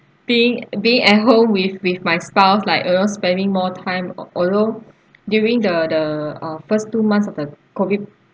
being being at home with with my spouse like you know spending more time uh although during the the ah first two months of the COVID